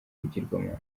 ibigirwamana